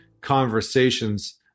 conversations